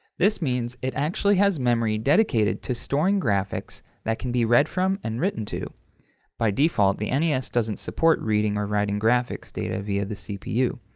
this means it actually has memory dedicated to storing graphics that can be read from and written to by default, the nes doesn't support reading or writing graphics data via the cpu.